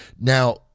Now